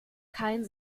kein